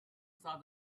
saw